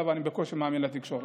אני בקושי מאמין לתקשורת.